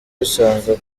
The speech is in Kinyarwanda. bisanzwe